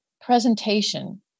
presentation